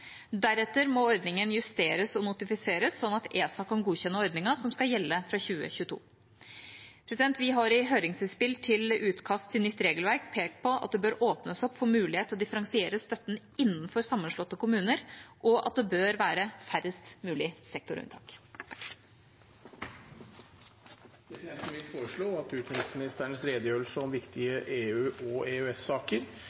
Deretter må ordningen justeres og notifiseres slik at ESA kan godkjenne ordningen som skal gjelde fra 2022. Vi har i høringsinnspill til utkast til nytt regelverk pekt på at det bør åpnes opp for mulighet til å differensiere støtten innenfor sammenslåtte kommuner, og at det bør være færrest mulig sektorunntak. Presidenten vil foreslå at utenriksministerens redegjørelse om